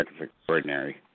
extraordinary